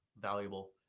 valuable